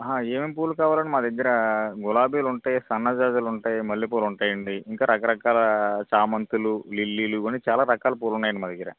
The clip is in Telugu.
ఆహ ఏమేం పువ్వులు కావాలండి మా దగ్గరా గులాబీలుంటాయి సన్నజాజులుంటాయి మల్లెపువ్వులు ఉంటాయండి ఇంకా రకరకాలా చామంతులు లిల్లీలు ఇవన్నీ చాల రకాల పూవులున్నాయండి మా దగ్గర